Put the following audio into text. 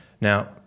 Now